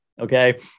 Okay